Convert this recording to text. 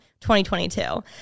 2022